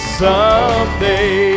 someday